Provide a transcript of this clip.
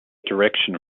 direction